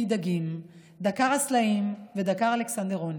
דגים: דקר הסלעים ודקר אלכסנדרוני.